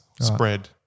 spread